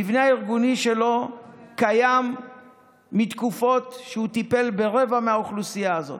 המבנה הארגוני שלו קיים מתקופות שבהן הוא טיפל ברבע מהאוכלוסייה הזאת,